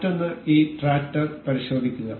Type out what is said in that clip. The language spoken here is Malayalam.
മറ്റൊന്ന് ഈ ട്രാക്ടർ പരിശോധിക്കുക